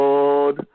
Lord